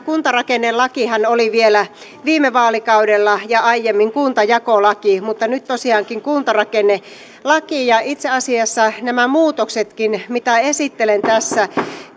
kuntarakennelakihan oli vielä viime vaalikaudella ja aiemmin kuntajakolaki mutta nyt tosiaankin kuntarakennelaki ja itse asiassa nämä muutoksetkin mitä esittelen tässä